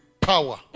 power